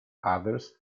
others